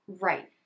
Right